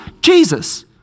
Jesus